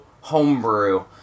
Homebrew